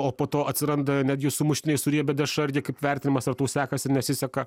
o po to atsiranda netgi sumuštiniai su riebia dešra irgi kaip vertinimas ar tau sekasi ar nesiseka